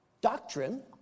doctrine